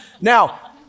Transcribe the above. Now